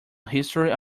history